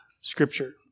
Scripture